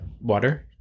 Water